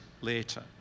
later